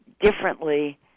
differently